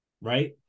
Right